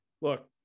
look